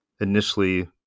initially